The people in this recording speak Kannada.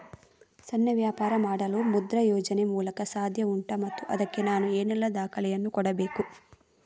ಸಣ್ಣ ವ್ಯಾಪಾರ ಮಾಡಲು ಮುದ್ರಾ ಯೋಜನೆ ಮೂಲಕ ಸಾಧ್ಯ ಉಂಟಾ ಮತ್ತು ಅದಕ್ಕೆ ನಾನು ಏನೆಲ್ಲ ದಾಖಲೆ ಯನ್ನು ಕೊಡಬೇಕು?